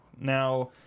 Now